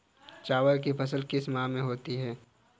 चावल की फसल किस माह में होती है?